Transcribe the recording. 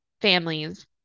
families